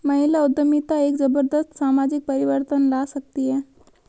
महिला उद्यमिता एक जबरदस्त सामाजिक परिवर्तन ला सकती है